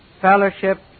fellowship